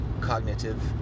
cognitive